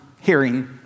hearing